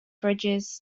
fridges